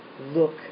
look